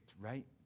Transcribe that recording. right